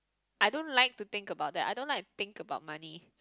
I don't like to think about that I don't like to think about money